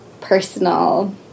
personal